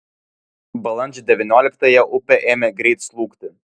balandžio devynioliktąją upė ėmė greit slūgti